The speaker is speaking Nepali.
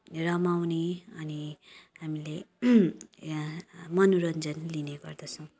रमाउने अनि हामीले यहाँ मनोरञ्जन लिने गर्दछौँ